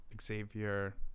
Xavier